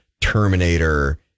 Terminator